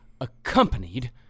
accompanied